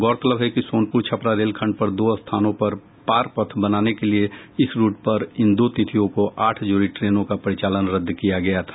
गौरतलब है कि सोनपुर छपरा रेलखंड के दो स्थानों पर पारपथ बनाने के लिये इस रूट पर इन दो तिथियों को आठ जोड़ी ट्रेनों का परिचालन रद्द कर दिया गया था